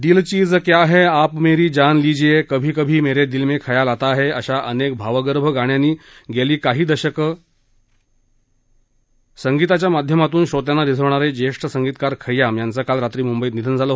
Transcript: दिल चीज क्या है आप मेरी जान लिजिये कभी कभी मेरे दिल मे खयाल आता है अशा अनेक भावगर्भ गाण्यांनी गेली काही दशकं सावल्यानं संगीताच्या माध्यमाचून श्रोत्यांना रिझवणारे ज्येष्ठ संगीतकार खय्याम यांचं काल रात्री मुंबईत निधन झालं